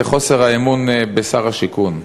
זה חוסר האמון בשר השיכון,